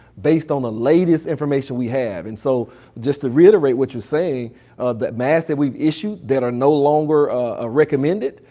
based on the latest information we have and so just to reiterate what you're saying that masks that we've issued that are no longer ah recommended,